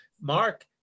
Mark